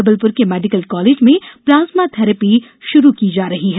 जबलपुर के medical college में plasma therapy शुरू की जा रही है